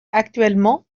actuellement